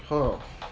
how